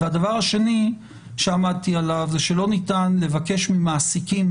והדבר השני שעמדתי עליו הוא שלא ניתן לבקש ממעסיקים